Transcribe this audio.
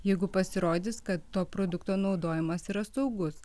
jeigu pasirodys kad to produkto naudojimas yra saugus